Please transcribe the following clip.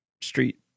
street